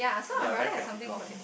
ya very practical